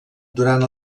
durant